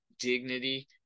dignity